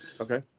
Okay